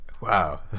Wow